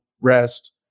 rest